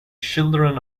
children